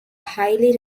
highly